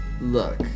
Look